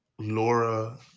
Laura